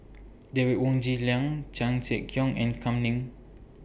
Derek Wong Zi Liang Chan Sek Keong and Kam Ning